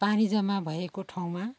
पानी जम्मा भएको ठाउँमा